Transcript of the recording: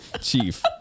Chief